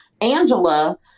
Angela